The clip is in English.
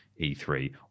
e3